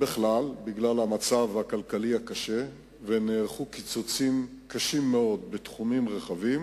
בכלל בגלל המצב הכלכלי הקשה ונערכו קיצוצים קשים מאוד בתחומים רבים,